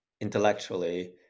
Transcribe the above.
intellectually